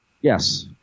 yes